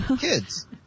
Kids